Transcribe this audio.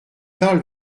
parle